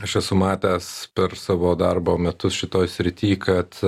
aš esu matęs per savo darbo metus šitoj srity kad